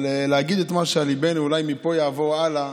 אבל להגיד את מה שעל ליבנו ואולי מפה זה יעבור הלאה,